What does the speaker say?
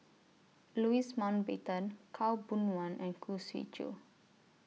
Louis Mountbatten Khaw Boon Wan and Khoo Swee Chiow